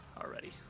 already